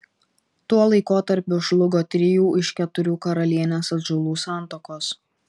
tuo laikotarpiu žlugo trijų iš keturių karalienės atžalų santuokos